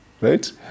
right